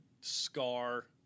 scar